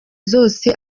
zose